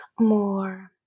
more